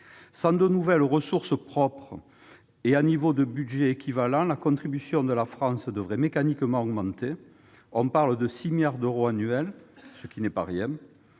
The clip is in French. Sans de nouvelles ressources propres et à niveau de budget équivalent, la contribution de la France devrait mécaniquement augmenter- on parle de 6 milliards d'euros par an, ce qui n'est tout de